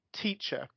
teacher